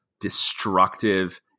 destructive